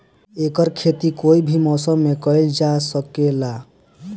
एकर खेती कोई भी मौसम मे कइल जा सके ला